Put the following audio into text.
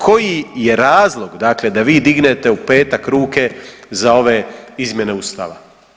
Koji je razlog dakle da vi dignete u petak ruke za ove izmjene Ustava.